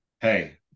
Hey